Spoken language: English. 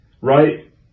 right